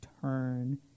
turn